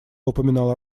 упоминал